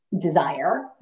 Desire